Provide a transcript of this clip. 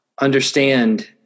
understand